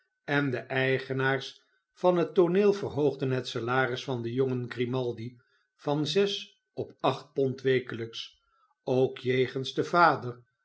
en de eigenaars van het tooneel verhoogden het salaris van den jongen grimaldi van zes op acht pond wekelijks ook jegens den vader